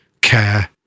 care